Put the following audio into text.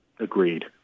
Agreed